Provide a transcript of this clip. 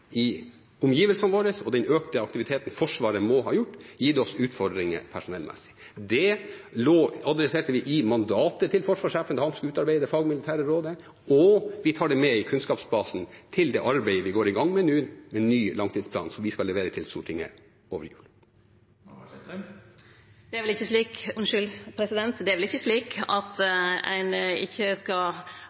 i våre omgivelser og den økte aktiviteten Forsvaret må ha gjennomført, gitt oss utfordringer personellmessig. Det tok vi tak i i mandatet til forsvarssjefen da han skulle utarbeide fagmilitære råd, og vi tar det med i kunnskapsbasen til det arbeidet vi går i gang med i ny langtidsplan, som vi skal levere til Stortinget over jul. Det er vel ikkje slik